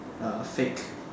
uh fake